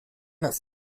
das